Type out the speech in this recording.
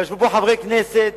ישבו פה חברי כנסת,